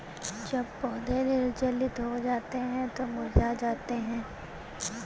जब पौधे निर्जलित हो जाते हैं तो मुरझा जाते हैं